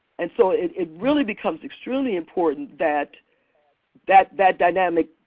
and so it it really becomes extremely important that that that dynamic,